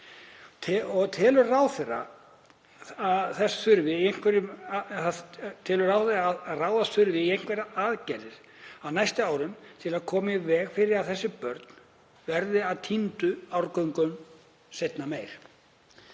að ráðast þurfi í einhverjar aðgerðir á næstu árum til að koma í veg fyrir að þessi börn verði að týndum árgöngum seinna meir?